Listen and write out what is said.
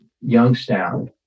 Youngstown